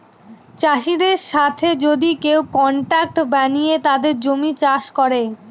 চাষীদের সাথে যদি কেউ কন্ট্রাক্ট বানিয়ে তাদের জমি চাষ করে